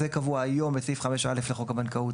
זה קבוע היום בסעיף 5(א) לחוק הבנקאות,